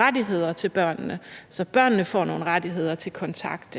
rettigheder til børnene, så børnene får nogle rettigheder til kontakt